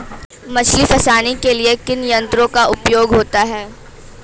मछली फंसाने के लिए किन यंत्रों का उपयोग होता है?